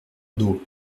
d’eau